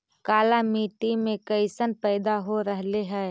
काला मिट्टी मे कैसन पैदा हो रहले है?